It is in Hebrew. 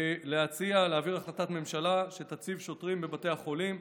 ולהציע להעביר החלטת ממשלה שתציב שוטרים בבתי החולים.